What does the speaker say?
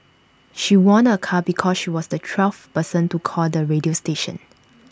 she won A car because she was the twelfth person to call the radio station